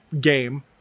game